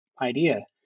idea